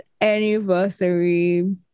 anniversary